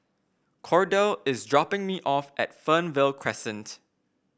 Kordell is dropping me off at Fernvale Crescent